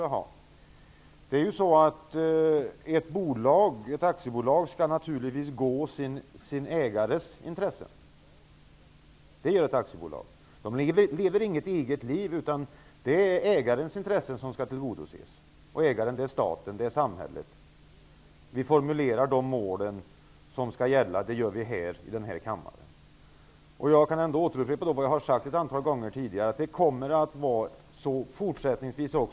Ett aktiebolag skall naturligtvis tillvarata sin ägares intressen. Ett aktiebolag lever så att säga inte ett eget liv, utan det är ägarens intressen som skall tillgodoses. Ägaren är staten, samhället. Vi i denna kammare formulerar målen. Jag återupprepar att det fortsättningsvis kommer att vara som det hittills varit.